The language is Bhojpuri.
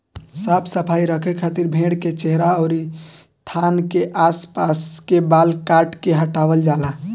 साफ सफाई रखे खातिर भेड़ के चेहरा अउरी थान के आस पास के बाल काट के हटावल जाला